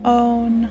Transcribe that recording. own